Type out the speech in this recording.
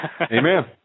Amen